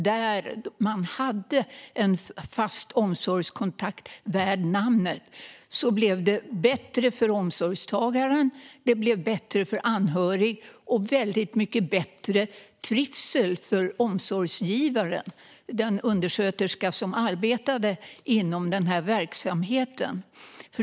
Där man hade en fast omsorgskontakt värd namnet fann vi att det blev bättre för omsorgstagaren och för anhöriga - och att det blev väldigt mycket bättre trivsel för omsorgsgivaren, alltså den undersköterska som arbetade inom den här verksamheten.